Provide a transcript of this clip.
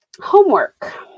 Homework